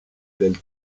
del